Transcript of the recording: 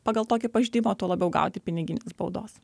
pagal tokį pažeidimą tuo labiau gauti piniginės baudos